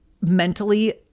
mentally